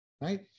Right